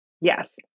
yes